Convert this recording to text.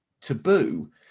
taboo